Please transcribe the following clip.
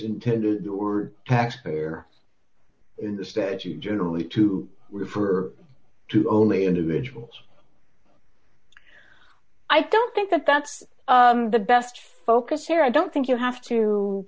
intended or has her in the statute generally to refer to only individuals i don't think that that's the best focus here i don't think you have to